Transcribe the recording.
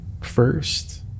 first